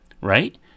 right